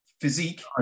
physique